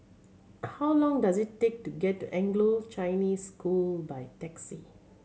how long does it take to get to Anglo Chinese School by taxi